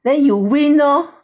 then you win lor